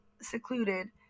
secluded